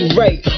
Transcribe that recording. right